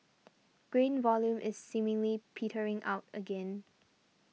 grain volume is seemingly petering out again